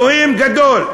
אלוהים גדול.